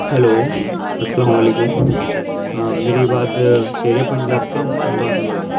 hello السّلام علیکم ہاں میری بات شیر پنجاب کے یہاں سے بات ہو رہی ہے